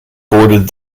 boarded